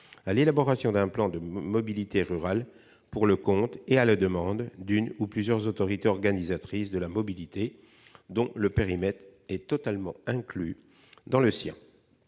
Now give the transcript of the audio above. à l'élaboration d'un plan de mobilité rurale pour le compte et à la demande d'une ou de plusieurs autorités organisatrices de la mobilité dont le périmètre est totalement inclus dans le sien.